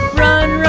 run,